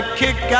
kick